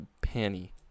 penny